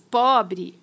pobre